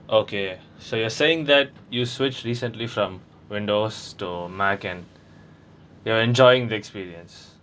okay so you're saying that you switched recently from windows to mac and you're enjoying the experience